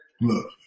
look